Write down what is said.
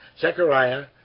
Zechariah